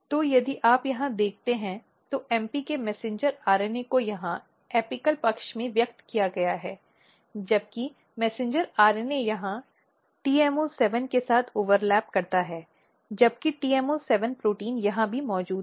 तो यदि आप यहाँ देखते हैं तो MP के मैसेंजर RNA को यहां एपिकॅल पक्ष में व्यक्त किया गया है जबकि मैसेंजर RNA यहां TMO7 के साथ ओवरलैप करता है जबकि TMO7 प्रोटीन यहां भी मौजूद है